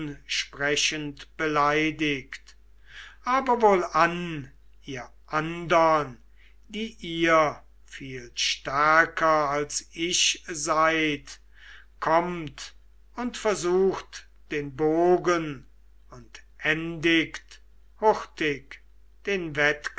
hohnsprechend beleidigt aber wohlan ihr andern die ihr viel stärker als ich seid kommt und versucht den bogen und endiget hurtig den